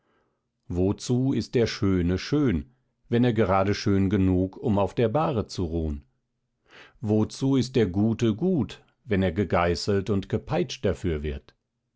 wozu ist der schöne schön wenn er gerade schön genug um auf der bahre zu ruhn wozu ist der gute gut wenn er gegeißelt und gepeitscht dafür wird